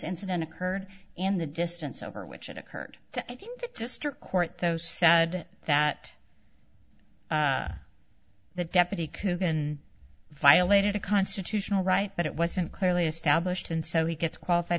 incident occurred in the distance over which it occurred i think the district court though said that that deputy coogan violated a constitutional right but it wasn't clearly established and so he gets qualified